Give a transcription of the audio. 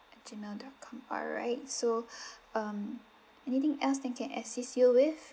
at G mail dot com alright so um anything else that I can assist you with